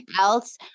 else